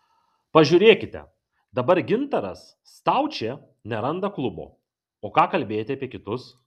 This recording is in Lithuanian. pažiūrėkite dabar gintaras staučė neranda klubo o ką kalbėti apie kitus